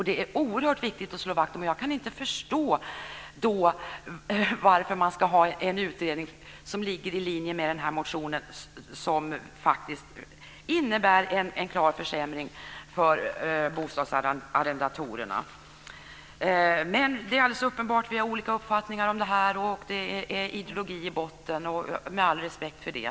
Det är oerhört viktigt att slå vakt om detta. Jag kan inte förstå varför man ska göra en utredning som ligger i linje med den här motionen som faktiskt innebär en klar försämring för bostadsarrendatorerna. Det är alldeles uppenbart att vi har olika uppfattningar om detta. Det ligger ideologi i botten, och jag har all respekt för det.